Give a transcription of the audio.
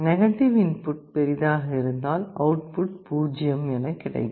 negative input பெரிதாக இருந்தால் output பூஜ்ஜியம் எனக் கிடைக்கும்